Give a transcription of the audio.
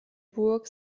burg